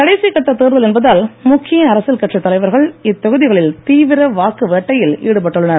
கடைசிக் கட்ட தேர்தல் என்பதால் முக்கிய அரசியல் கட்சித் தலைவர்கள் இத்தொகுதிகளில் தீவிர வாக்கு வேட்டையில் ஈடுபட்டுள்ளனர்